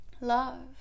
love